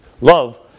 love